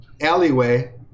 alleyway